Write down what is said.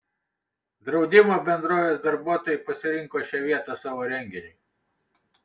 draudimo bendrovės darbuotojai pasirinko šią vietą savo renginiui